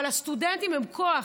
הסטודנטים הם כוח,